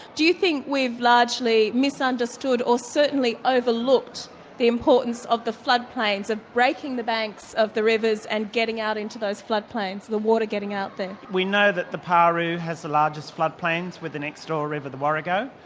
do you think we've largely misunderstood, or certainly overlooked the importance of the floodplains, of breaking the banks of the rivers and getting out into those floodplains, the water getting out there? we know that the paroo has the largest floodplains with the next door river, the warego.